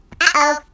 Uh-oh